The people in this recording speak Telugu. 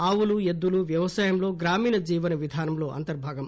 ఆవులు ఎద్దులు వ్యవసాయంలో గ్రామీణ జీవనవిధానంలో అంతర్భాగం